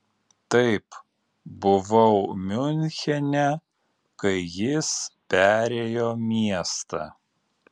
taip buvau miunchene kai jis perėjo miestą